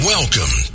welcome